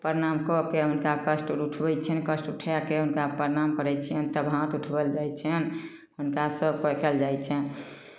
प्रणाम कऽ कऽ हुनका कष्ट उठबै छियनि कष्ट उठाए कऽ हुनका प्रणाम करै छियनि तब हाथ उठबाओल जाइ छनि हुनका से कयल जाइ छनि